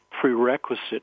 prerequisite